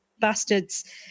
bastards